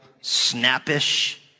snappish